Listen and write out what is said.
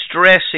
stressing